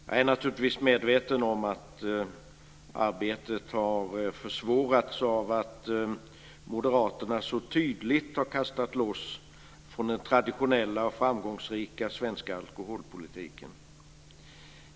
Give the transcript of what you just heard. Jag är naturligtvis medveten om att arbetet har försvårats av att moderaterna så tydligt har kastat loss från den traditionella och framgångsrika svenska alkoholpolitiken.